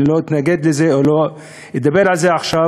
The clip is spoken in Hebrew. אני לא אתנגד לזה ולא אדבר על זה עכשיו.